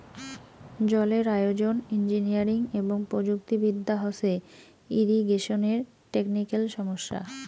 জলের আয়োজন, ইঞ্জিনিয়ারিং এবং প্রযুক্তি বিদ্যা হসে ইরিগেশনের টেকনিক্যাল সমস্যা